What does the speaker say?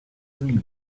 dreams